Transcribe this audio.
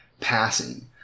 passing